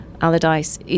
Allardyce